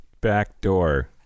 backdoor